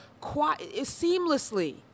seamlessly